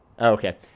Okay